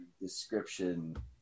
description